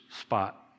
spot